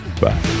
Bye